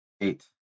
Eight